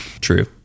True